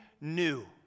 new